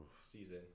season